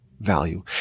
value